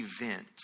event